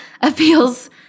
appeals